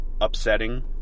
upsetting